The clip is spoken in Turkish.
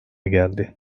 geldi